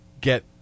get